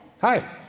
Hi